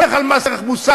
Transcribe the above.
הולך על מס ערך מוסף,